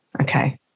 Okay